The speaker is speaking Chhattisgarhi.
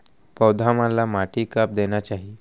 पौधा मन ला माटी कब देना चाही?